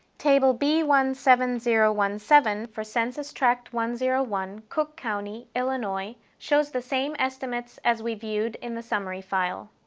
table b one seven zero one seven for census tract one hundred one, cook county, illinois shows the same estimates as we viewed in the summary file.